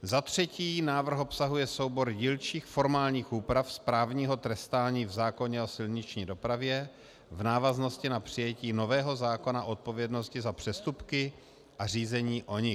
Za třetí návrh obsahuje soubor dílčích formálních úprav správního trestání v zákoně o silniční dopravě v návaznosti na přijetí nového zákona o odpovědnosti za přestupky a řízení o nich.